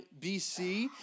BC